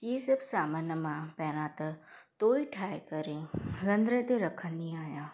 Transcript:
इहे सभु समान मां पहिरियों त तोई ठाहे करे रंधिणे ते रखंदी आहियां